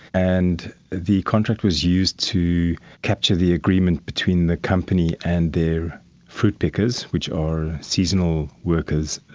and the contract was used to capture the agreement between the company and their fruit pickers, which are seasonal workers,